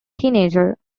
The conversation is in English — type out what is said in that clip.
teenager